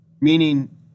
Meaning